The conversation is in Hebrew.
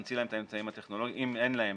להמציא להם את האמצעים הטכנולוגיים, אם אין להם.